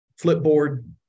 Flipboard